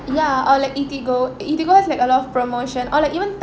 ya or like Eatigo Eatigo has like a lot of promotion or like even Te~